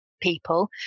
people